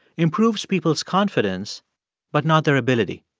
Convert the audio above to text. improves people's confidence but not their ability.